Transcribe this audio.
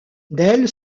dale